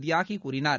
தியாகி கூறினார்